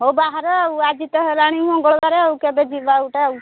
ହଉ ବାହାର ଆଜି ତ ହେଲାଣି ମଙ୍ଗଳବାରେ ଆଉ କେବେ ଯିବା ଗୋଟେ ଆଉ